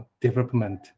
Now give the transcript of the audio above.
development